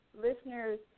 listeners